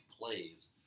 plays